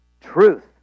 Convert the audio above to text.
truth